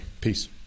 Peace